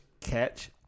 catch